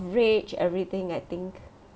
~verage everything I think